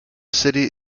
city